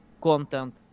content